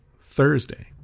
thursday